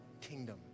kingdom